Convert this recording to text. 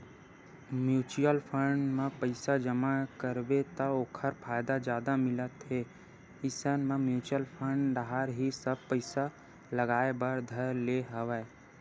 mutual fund म पइसा जमा करबे त ओखर फायदा जादा मिलत हे इसन म म्युचुअल फंड डाहर ही सब पइसा लगाय बर धर ले हवया